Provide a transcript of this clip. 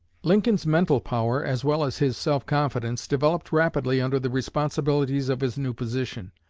lincoln's mental power, as well as his self-confidence, developed rapidly under the responsibilities of his new position.